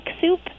soup